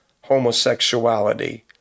homosexuality